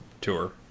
tour